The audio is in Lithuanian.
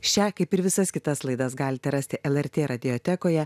šią kaip ir visas kitas laidas galite rasti lrt radiotekoje